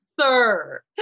sir